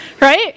Right